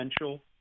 potential